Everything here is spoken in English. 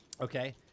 okay